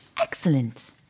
Excellent